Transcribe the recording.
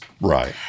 Right